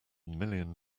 million